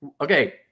Okay